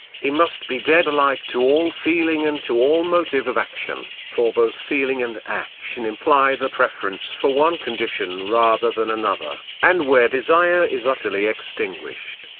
he must be dead alike to all feeling and to all motive of action, for both feeling and action imply the preference for one condition rather than another and where desire is utterly extinguished,